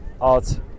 art